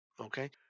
Okay